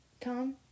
Tom